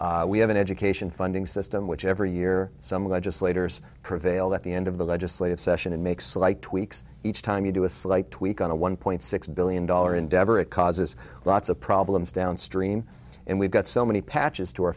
gets we have an education funding system which every year some legislators prevail at the end of the legislative session and makes like tweaks each time you do a slight tweak on a one point six billion dollar endeavor it causes lots of problems downstream and we've got so many patches